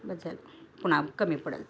बस झालं पुन्हा कमी पडेल